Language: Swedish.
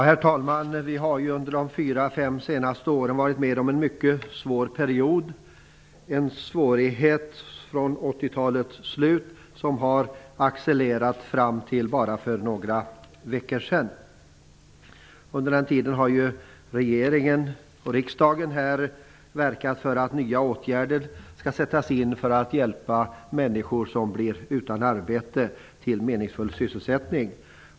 Herr talman! Vi har under de fyra fem senaste åren upplevt en mycket svår period -- svårigheter från 80-talets slut som har accelererat så sent som fram till för några veckor sedan. Under tiden har regeringen och riksdagen här verkat för att nya åtgärder sätts in i syfte att hjälpa de människor som blir utan arbete till en meningsfull sysselsättning.